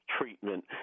treatment